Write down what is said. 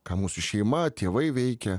ką mūsų šeima tėvai veikia